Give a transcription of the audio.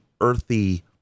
earthy